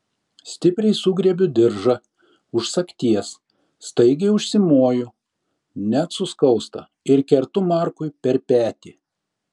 stipriai sugriebiu diržą už sagties staigiai užsimoju net suskausta ir kertu markui per petį